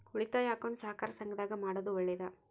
ಉಳಿತಾಯ ಅಕೌಂಟ್ ಸಹಕಾರ ಸಂಘದಾಗ ಮಾಡೋದು ಒಳ್ಳೇದಾ?